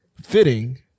Fitting